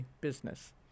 business